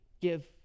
give